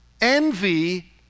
envy